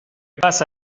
pasa